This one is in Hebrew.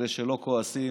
אלה שלא כועסים